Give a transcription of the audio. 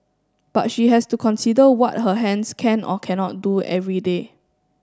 but she has to consider what her hands can or cannot do every day